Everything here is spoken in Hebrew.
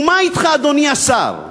ומה אתך, אדוני השר?